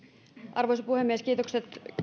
arvoisa puhemies kiitokset